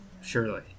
surely